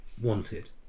wanted